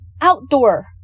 outdoor